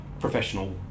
professional